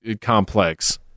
complex